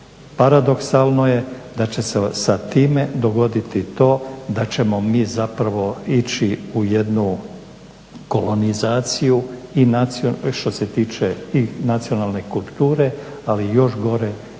Paradoksalno je da će se sa time dogoditi to da ćemo mi zapravo ići u jednu kolonizaciju što se tiče i nacionalne kulture, ali i još gore